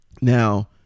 Now